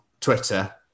Twitter